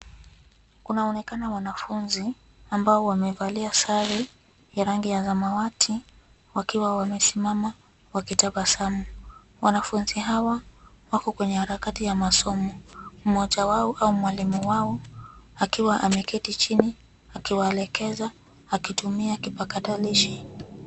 Kunaonekana wanafunzi ambao wamevalia sare ya rangi ya samawati wakiwa wamesimama wakitabasamu. Wanafunzi hawa wako kwenye harakati ya masomo. Mmoja wao au mwalimu wao akiwa ameketi chini akiwaelekeza akitumia kipakatalishi.